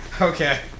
Okay